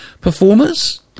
performers